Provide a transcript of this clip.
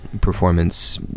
performance